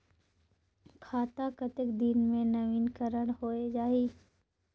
खाता कतेक दिन मे नवीनीकरण होए जाहि??